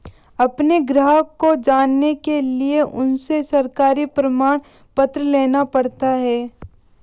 अपने ग्राहक को जानने के लिए उनसे सरकारी प्रमाण पत्र लेना पड़ता है